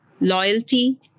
loyalty